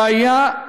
הבעיה,